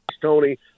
Tony